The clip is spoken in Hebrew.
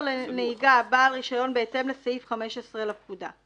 לנהיגה בעל רישיון בהתאם לסעיף 15 לפקודה."